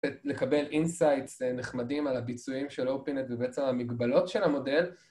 לקבל אינסייטס נחמדים על הביצועים של אופינט ובעצם המגבלות של המודל